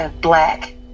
black